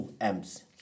amps